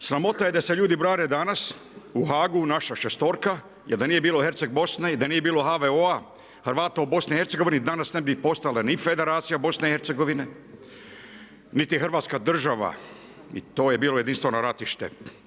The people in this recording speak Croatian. Evo, sramota je da se ljudi brane danas u HAG-u naša šestorka, jer da nije bilo Herceg Bosne i da nije bilo HVO-a, Hrvata u BIH, danas ne bi postale ni federacije BIH, niti Hrvatska država i to je bilo jedinstveno ratište.